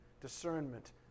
discernment